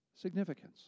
significance